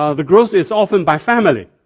ah the growth is often by family.